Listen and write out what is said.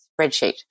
spreadsheet